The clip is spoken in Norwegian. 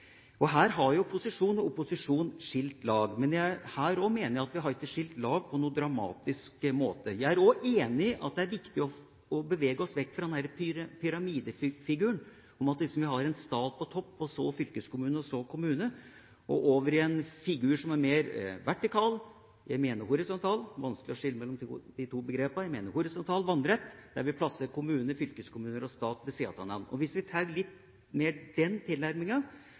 tvisteløsning. Her har jo posisjon og opposisjon skilt lag. Men også her mener jeg at vi ikke har skilt lag på noen dramatisk måte. Jeg er også enig i at det er viktig å bevege oss vekk fra denne pyramidefiguren, der vi liksom har en stat på topp, så fylkeskommune og kommune og over i en figur som er mer horisontal, vannrett, der vi plasserer kommuner, fylkeskommuner og stat ved siden av hverandre. Hvis vi tar litt mer den tilnærminga,